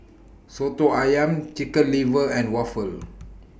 Soto Ayam Chicken Liver and Waffle